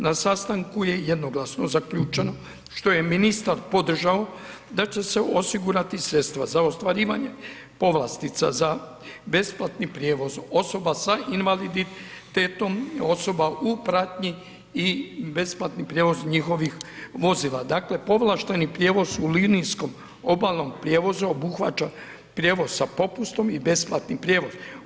Na sastanku je jednoglasno zaključeno što je ministar podržao da će osigurati sredstva za ostvarivanje povlastica za besplatni prijevoz osoba sa invaliditetom, osoba u pratnji i besplatni prijevoz njihovih vozila, dakle povlašteni prijevoz u linijskom obalnom prijevozu obuhvaća prijevoz sa popustom i besplatni prijevoz.